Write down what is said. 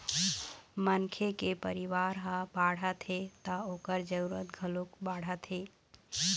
मनखे के परिवार ह बाढ़त हे त ओखर जरूरत घलोक बाढ़त हे